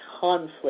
conflict